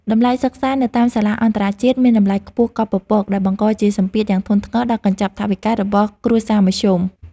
តម្លៃសិក្សានៅតាមសាលាអន្តរជាតិមានតម្លៃខ្ពស់កប់ពពកដែលបង្កជាសម្ពាធយ៉ាងធ្ងន់ធ្ងរដល់កញ្ចប់ថវិការបស់គ្រួសារមធ្យម។